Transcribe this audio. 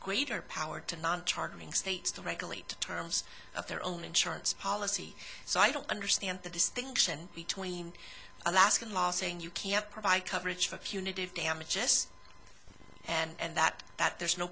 greater power to non charming states to regulate terms of their own insurance policy so i don't understand the distinction between alaskan law saying you can't provide coverage for punitive damages and that that there's no